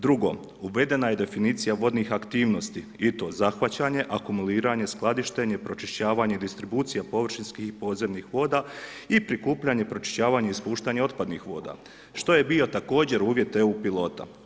Drugo, uvedena je definicija vodnih aktivnosti i to zahvaćanje, akumuliranje, skladištenje, pročišćavanje i distribucija površinskih podzemnih voda i prikupljanje, pročišćavanje i ispuštanje otpadnih voda, što je bio također uvjet EU pilota.